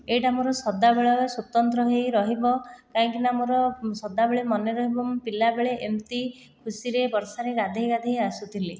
ଏହିଟା ମୋର ସଦାବେଳେ ସ୍ଵତନ୍ତ୍ର ହୋଇ ରହିବ କାହିଁକିନା ମୋର ସଦାବେଳେ ମନେ ରହିବ ମୁଁ ପିଲାବେଳେ ଏମିତି ଖୁସିରେ ବର୍ଷାରେ ଗାଧୋଇ ଗାଧୋଇ ଆସୁଥିଲି